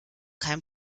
kein